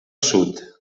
sud